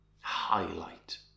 highlight